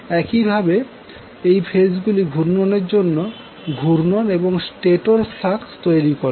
এইভাবে এই ফেজগুলির ঘূর্ণনের জন্য ঘূর্ণন এবং স্টেটর ফ্লাস্ক তৈরি করবে